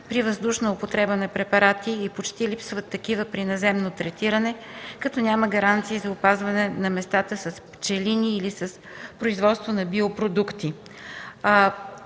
при въздушната употреба на препарати и почти липсват такива при наземно третиране, като няма гаранции за опазване на места с пчелини или с производство на биопродукти.